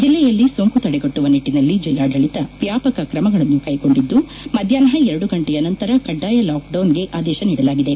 ಜಿಲ್ಲೆಯಲ್ಲಿ ಸೊಂಕು ತಡೆಗಟ್ಟುವ ನಿಟ್ಟಿನಲ್ಲಿ ಜಿಲ್ಲಾಡಳಿತ ವ್ಯಾಪಕ ಕ್ರಮಗಳನ್ನು ಕೈಗೊಂಡಿದ್ದು ಮಧ್ಯಾಹ್ನ ಎರಡು ಗಂಟಿಯ ನಂತರ ಕಡ್ಡಾಯ ಲಾಕ್ಡೌನ್ಗೆಆದೇಶ ನೀಡಲಾಗಿದೆ